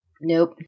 Nope